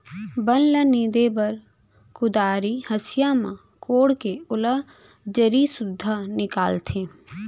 बन ल नींदे बर कुदारी, हँसिया म कोड़के ओला जरी सुद्धा निकालथें